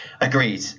agreed